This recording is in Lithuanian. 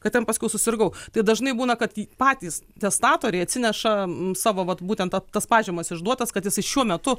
kad ten paskui susirgau tai dažnai būna kad patys testatoriai atsineša savo vat būtent ta tas pažymas išduotas kad jisai šiuo metu